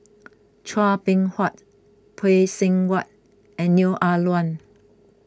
Chua Beng Huat Phay Seng Whatt and Neo Ah Luan